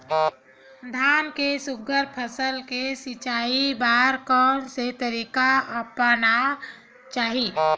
धान के सुघ्घर फसल के सिचाई बर कोन से तरीका अपनाना चाहि?